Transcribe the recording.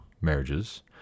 marriages